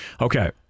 okay